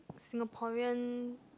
Singaporean